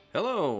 Hello